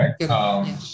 Right